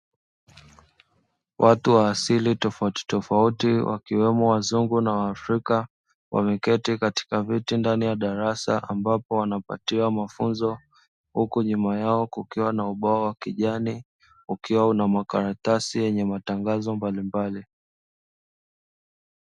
Watu wa asili tofauti tofauti wakiwemo wazungu na afrika wameketi katika viti ndani ya darasa, ambapo wanapatiwa mafunzo huku nyuma yao kukiwa na ubao wa kijani, ukiwa na makaratasi yenye matangazo mbalimbali.